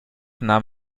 nahm